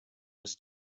was